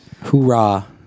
Hoorah